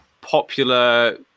popular